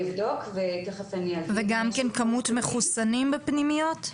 וגם כן כמות המחוסנים בפנימיות?